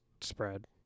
spread